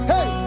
Hey